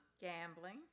Gambling